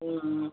ம் ம்